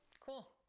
Cool